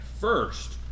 First